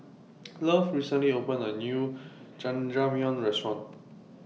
Love recently opened A New Jajangmyeon Restaurant